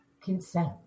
consent